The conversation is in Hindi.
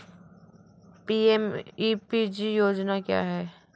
पी.एम.ई.पी.जी योजना क्या है?